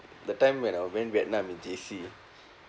that time when I went vietnam in J_C